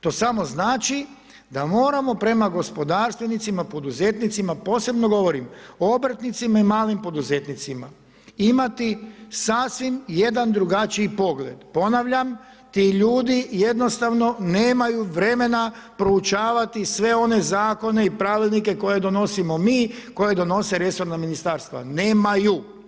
To samo znači, da moramo prema gospodarstvenicima, prema poduzetnicima, posebno govorim, o obrtnicima i malim poduzetnicima, imati sasvim jedan drugačiji pogled, ponavljam, ti ljudi jednostavno nemaju vremena, proučavati sve one zakone i pravilnike koje donosimo mi, koje donose resorna ministarstva, nemaju.